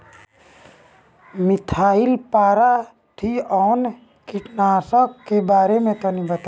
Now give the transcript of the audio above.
Methyl parathion कीटनाशक के बारे में तनि बताई?